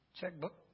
checkbook